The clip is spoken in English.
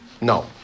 No